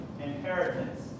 inheritance